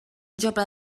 jove